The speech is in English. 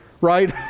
right